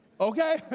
Okay